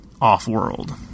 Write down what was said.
off-world